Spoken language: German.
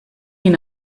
ihn